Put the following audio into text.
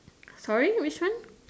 sorry which one